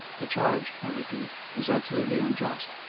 the charge, i repeat, is absolutely unjust,